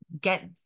get